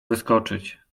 wyskoczyć